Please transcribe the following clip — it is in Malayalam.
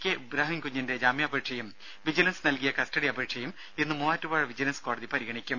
കെ ഇബ്രാഹിം കുഞ്ഞിന്റെ ജാമ്യാപേക്ഷയും വിജിലൻസ് നൽകിയ കസ്റ്റഡി അപേക്ഷയും ഇന്ന് മൂവാറ്റുപുഴ വിജിലൻസ് കോടതി പരിഗണിക്കും